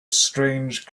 strange